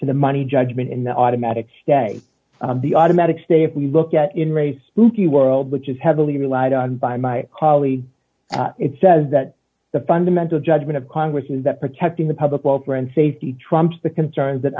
to the money judgment in the automatic stay the automatic stay if we look at in re spooky world which is heavily relied on by my colleagues it says that the fundamental judgment of congress is that protecting the public welfare and safety trumps the concerns that